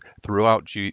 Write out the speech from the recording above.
throughout